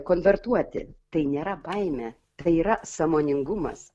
konvertuoti tai nėra baimė tai yra sąmoningumas